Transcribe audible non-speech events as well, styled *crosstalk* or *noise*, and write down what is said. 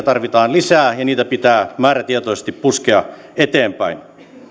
*unintelligible* tarvitaan lisää ja niitä pitää määrätietoisesti puskea eteenpäin